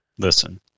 Listen